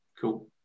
cool